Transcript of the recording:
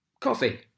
coffee